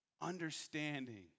Understanding